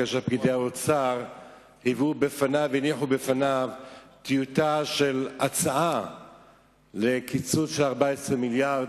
כאשר פקידי האוצר הניחו בפניו טיוטה של הצעה לקיצוץ 14 מיליארד.